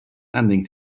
ending